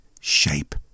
shape